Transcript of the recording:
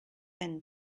end